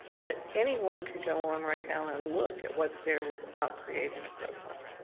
but anyone could go on right now and look at what's there without creating a profile.